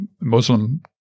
Muslim